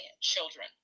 children